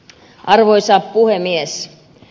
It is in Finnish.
arvoisa puhemies